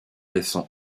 laissant